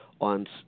on